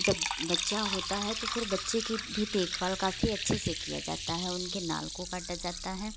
जब बच्चा होता है तो फिर बच्चे कि भी देखभाल काफी अच्छे से किया जाता है उनके नाल को काटा जाता है